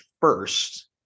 first